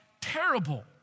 terrible